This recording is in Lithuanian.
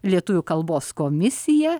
lietuvių kalbos komisija